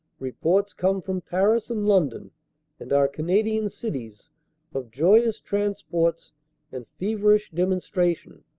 reports come from paris and london and our canadian cities of joyous transports and feverish demonstration.